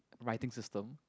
writing system